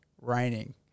raining